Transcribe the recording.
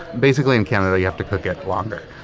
basically, in canada, you have to cook it longer,